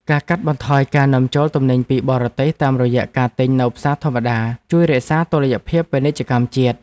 ការកាត់បន្ថយការនាំចូលទំនិញពីបរទេសតាមរយៈការទិញនៅផ្សារធម្មតាជួយរក្សាតុល្យភាពពាណិជ្ជកម្មជាតិ។